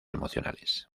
emocionales